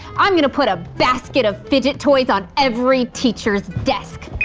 i'm going to put a basket of fidget toys on every teacher's desk!